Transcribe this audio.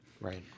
Right